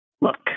Look